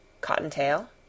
Cottontail